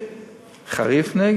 מתנגד בחריפות.